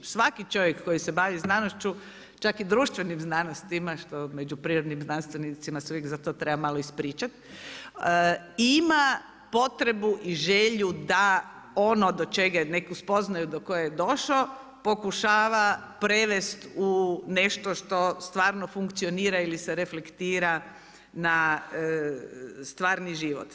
Svaki čovjek koji se bavi znanošću, čak i društvenim znanostima, što među prirodnim znanstvenicima se uvijek za to treba malo ispričati imat potrebu i želju da ono do čega je neku spoznaju, do koje je došao pokušava prevest u nešto što stvarno funkcionira ili reflektira na stvarni život.